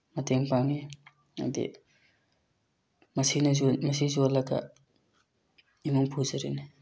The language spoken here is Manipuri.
ꯃꯇꯦꯡ ꯄꯥꯡꯏ ꯍꯥꯏꯗꯤ ꯃꯁꯤꯅꯁꯨ ꯃꯁꯤ ꯌꯣꯜꯂꯒ ꯏꯃꯨꯡ ꯄꯨꯖꯔꯤꯅꯤ